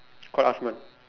call Asman